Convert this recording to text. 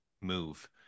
move